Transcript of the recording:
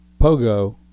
Pogo